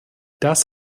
das